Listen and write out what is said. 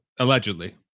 Allegedly